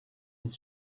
his